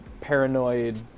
paranoid